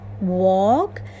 walk